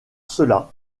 cela